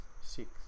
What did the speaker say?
Six